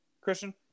Christian